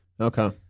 Okay